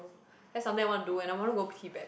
that's something I wanna do and I wanna go Tibet